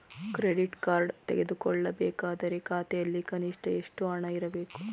Credit card ತೆಗೆದುಕೊಳ್ಳಬೇಕಾದರೆ ಖಾತೆಯಲ್ಲಿ ಕನಿಷ್ಠ ಎಷ್ಟು ಹಣ ಇರಬೇಕು?